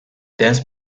dance